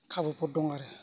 खाबुफोर दङ आरो